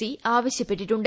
C ആവശ്യപ്പെട്ടിട്ടുണ്ട്